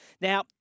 Now